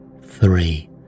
Three